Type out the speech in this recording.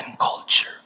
culture